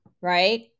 right